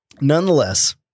nonetheless